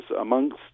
amongst